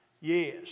Yes